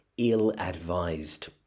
ill-advised